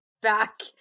back